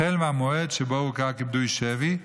החל מהמועד שבו הוכר כפדוי שבי,